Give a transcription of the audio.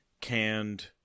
canned